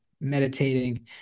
meditating